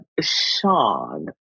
Sean